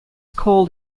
called